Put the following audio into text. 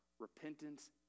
repentance